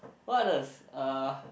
what others uh